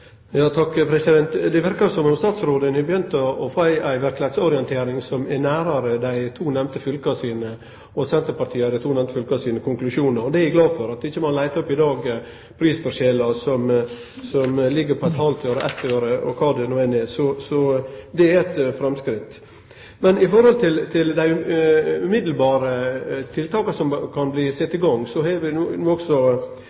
Det verkar som om statsråden har begynt å få ei verkelegheitsorientering som ligg nærare Senterpartiet i dei to nemnde fylka sine konklusjoner. Og det er eg glad for – at ein ikkje leitar opp prisforskjellar som ligg på eit halvt øre og eitt øre – og kva det no er. Så det er eit framsteg. Men når det gjeld dei direkte tiltaka som kan bli